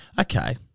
okay